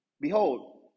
Behold